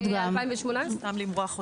אנחנו היינו פה בוועדות נוספות,